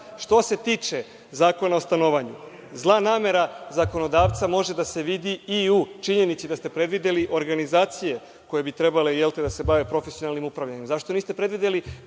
se tiče Zakona o stanovanju, zla namera zakonodavca može da se vidi i u činjenici da ste predvideli organizacije koje bi trebale da se bave profesionalnim upravljanjem. Zašto niste predvideli